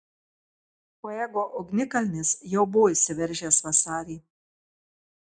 fuego ugnikalnis jau buvo išsiveržęs vasarį